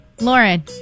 Lauren